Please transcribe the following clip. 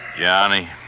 Johnny